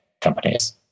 companies